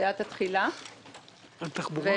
דחיית התחילה של החוק.